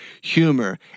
humor